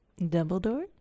Dumbledore